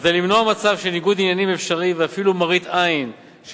וכדי למנוע מצב של ניגוד עניינים אפשרי ואפילו מראית עין של